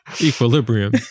equilibrium